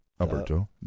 Alberto